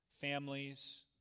Families